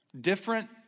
different